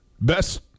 Best